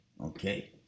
Okay